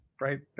right